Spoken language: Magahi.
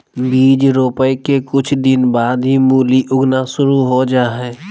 बीज रोपय के कुछ दिन बाद ही मूली उगना शुरू हो जा हय